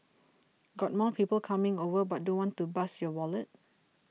got more people coming over but don't want to bust your wallet